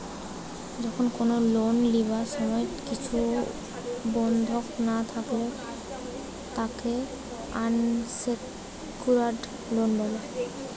যখন কোনো লোন লিবার সময় কিছু বন্ধক না থাকলে তাকে আনসেক্যুরড লোন বলে